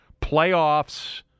Playoffs